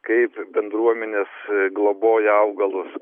kaip bendruomenės globoja augalus